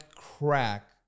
crack